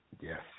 Yes